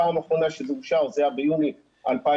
פעם אחרונה שזה אושר בקבינט זה היה ביוני 2016,